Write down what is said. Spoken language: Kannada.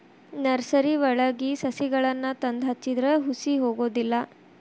ನರ್ಸರಿವಳಗಿ ಸಸಿಗಳನ್ನಾ ತಂದ ಹಚ್ಚಿದ್ರ ಹುಸಿ ಹೊಗುದಿಲ್ಲಾ